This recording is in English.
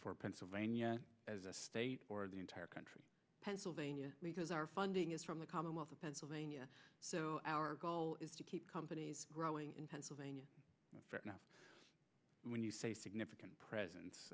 for pennsylvania as a state for the entire country pennsylvania because our funding is from the commonwealth of pennsylvania so our goal is to keep companies growing in pennsylvania when you say significant presence